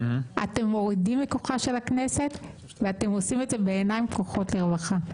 אתם מורידים מכוחה של הכנסת ואתם עושים את זה בעיניים פקוחות לרווחה.